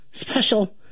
special